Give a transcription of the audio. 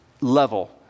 level